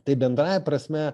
tai bendrąja prasme